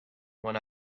when